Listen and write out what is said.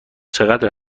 چقدر